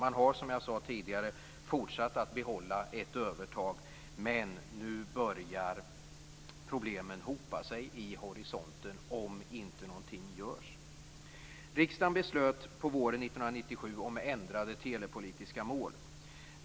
Man har som jag sade tidigare fortsatt att behålla ett övertag, men nu börjar problemen hopa sig vid horisonten om inte någonting görs. Riksdagen beslutade på våren 1997 om ändrade telepolitiska mål.